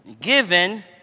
given